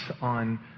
on